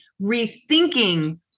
rethinking